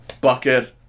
bucket